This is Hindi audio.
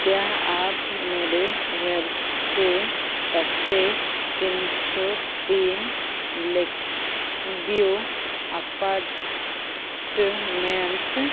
क्या आप मेरे घर के पते तीन सौ ती लेक व्यू अपार्टमेंट्स